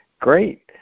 great